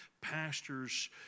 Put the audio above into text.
pastors